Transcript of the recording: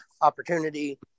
opportunity